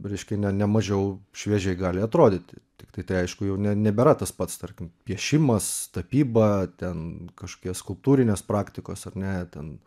reiškia ne ne mažiau šviežiai gali atrodyti tiktai tai aišku jau nebėra tas pats tarkim piešimas tapyba ten kažkokie skulptūrinės praktikos ar ne ten